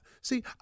See